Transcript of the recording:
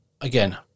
again